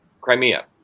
Crimea